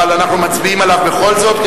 אבל אנחנו מצביעים עליו בכל זאת,